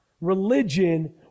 religion